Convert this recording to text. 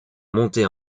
monter